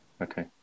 okay